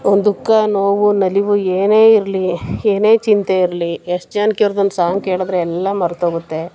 ನಮ್ಮ ದುಃಖ ನೋವು ನಲಿವು ಏನೇ ಇರಲಿ ಏನೇ ಚಿಂತೆ ಇರಲಿ ಎಸ್ ಜಾನಕಿ ಅವ್ರದ್ದೊಂದು ಸಾಂಗ್ ಕೇಳಿದ್ರೆ ಎಲ್ಲ ಮರ್ತೋಗುತ್ತೆ